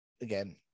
again